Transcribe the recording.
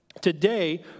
today